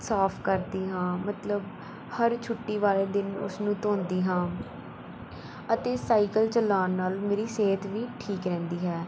ਸਾਫ਼ ਕਰਦੀ ਹਾਂ ਮਤਲਬ ਹਰ ਛੁੱਟੀ ਵਾਲੇ ਦਿਨ ਉਸ ਨੂੰ ਧੋਂਦੀ ਹਾਂ ਅਤੇ ਸਾਈਕਲ ਚਲਾਉਣ ਨਾਲ ਮੇਰੀ ਸਿਹਤ ਵੀ ਠੀਕ ਰਹਿੰਦੀ ਹੈ